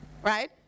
Right